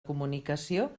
comunicació